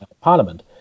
parliament